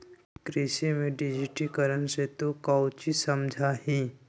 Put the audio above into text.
कृषि में डिजिटिकरण से तू काउची समझा हीं?